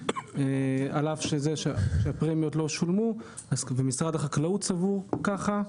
אף על פי שהפרמיות לא שולמו ומשרד החקלאות סבור ככה,